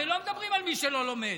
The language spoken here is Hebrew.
הרי לא מדברים על מי שלא לומד,